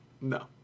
No